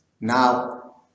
now